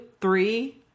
three